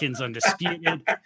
Undisputed